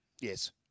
Yes